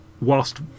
Whilst